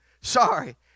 sorry